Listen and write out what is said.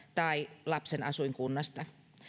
tai lapsen asuinkunnasta